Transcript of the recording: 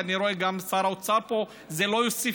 אני רואה שגם שר האוצר פה: זה לא יוסיף